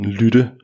lytte